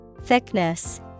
Thickness